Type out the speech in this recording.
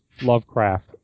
Lovecraft